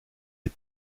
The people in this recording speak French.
est